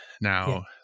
Now